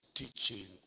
teaching